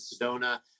Sedona